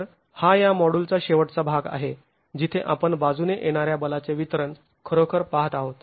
तर हा या मॉडुलचा शेवटचा भाग आहे जिथे आपण बाजूने येणाऱ्या बलाचे वितरण खरोखर पाहतो आहोत